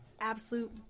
absolute